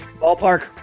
Ballpark